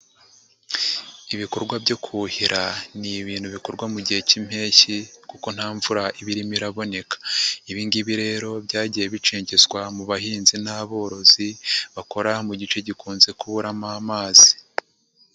Ibikorwa byo kuhira ni ibintu bikorwa mu gihe cy'impeshyi kuko nta mvura iba irimo iraboneka, ibi ngibi rero byagiye bicengezwa mu bahinzi n'aborozi bakora mu gice gikunze kuburamo amazi.